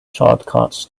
shortcuts